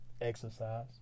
exercise